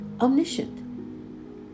omniscient